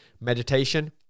Meditation